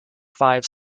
five